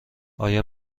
آیا